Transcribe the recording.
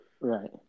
right